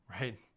right